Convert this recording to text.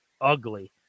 ugly